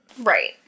Right